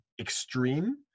extreme